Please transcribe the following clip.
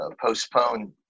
postpone